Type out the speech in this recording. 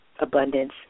abundance